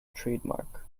trademark